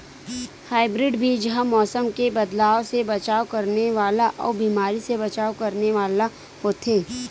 hybrid बीज हा मौसम मे बदलाव से बचाव करने वाला अउ बीमारी से बचाव करने वाला होथे